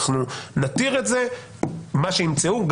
אנחנו נתיר את זה, מה שימצאו.